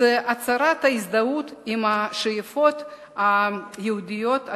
את הצהרת ההזדהות עם השאיפות היהודיות הציוניות,